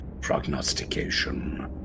prognostication